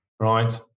Right